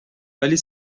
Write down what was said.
ولی